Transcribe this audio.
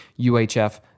UHF